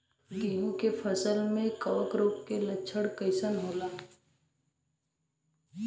गेहूं के फसल में कवक रोग के लक्षण कइसन होला?